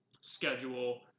schedule